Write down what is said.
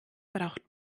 braucht